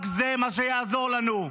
רק זה מה שיעזור לנו.